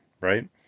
right